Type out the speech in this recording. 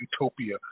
utopia